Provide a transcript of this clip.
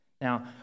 Now